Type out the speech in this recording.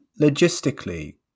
logistically